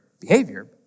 behavior